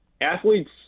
Athletes